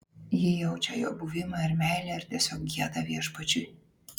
ji jaučia jo buvimą ir meilę ir tiesiog gieda viešpačiui